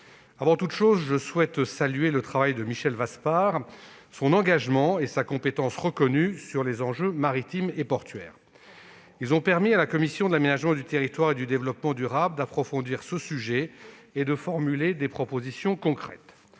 Avant toute chose, je souhaite saluer le travail de Michel Vaspart, son engagement et ses compétences reconnues sur les enjeux maritimes et portuaires, qui ont permis à la commission de l'aménagement du territoire et du développement durable d'approfondir ce sujet et de formuler des propositions concrètes.